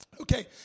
Okay